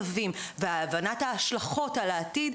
הבנת השלבים והבנת ההשלכות על העתיד,